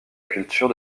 culture